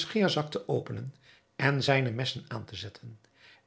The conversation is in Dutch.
scheerzak te openen en zijne messen aan te zetten